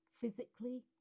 physically